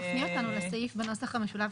תפני אותנו לסעיף בנוסח המשולב,